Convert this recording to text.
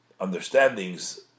understandings